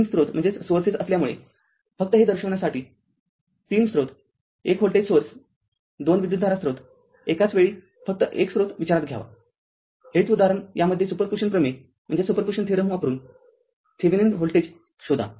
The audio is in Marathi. ३ स्रोत असल्यामुळे फक्त हे दर्शविण्यासाठी३ स्रोत एक व्होल्टेज स्रोत २ विद्युतधारा स्रोत एकाच वेळी फक्त एक स्त्रोत विचारात घ्या हेच उदाहरण यामध्ये सुपर पुजिशन प्रमेय वापरून थेविनिन व्होल्टेज शोधा